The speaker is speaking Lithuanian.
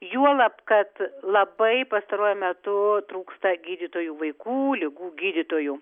juolab kad labai pastaruoju metu trūksta gydytojų vaikų ligų gydytojų